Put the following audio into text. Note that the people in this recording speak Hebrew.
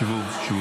שבו.